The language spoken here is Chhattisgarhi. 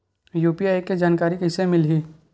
यू.पी.आई के जानकारी कइसे मिलही?